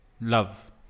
Love